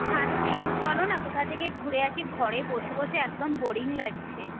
ভালো নেই গো চলো না কোথা থেকে ঘুরে আসি ঘরে বসে বসে একদম বোরিং লাগছে